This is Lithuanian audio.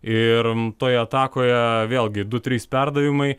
ir toje atakoje vėlgi du trys perdavimai